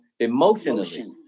Emotionally